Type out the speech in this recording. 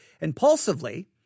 impulsively